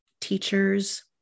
teachers